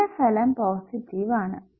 ഗുണനഫലം പോസിറ്റീവ് ആണ്